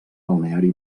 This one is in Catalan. balneari